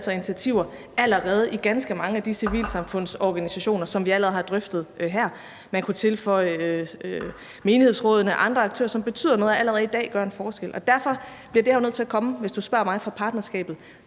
og initiativer allerede i ganske mange af de civilsamfundsorganisationer, som vi allerede har drøftet her. Man kunne tilføje menighedsrådene og andre aktører, som betyder noget og allerede i dag gør en forskel. Og derfor bliver det her jo nødt til at komme – hvis du spørger mig – fra partnerskabet,